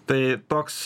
tai toks